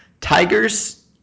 Tigers